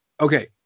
okay